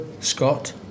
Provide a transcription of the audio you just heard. Scott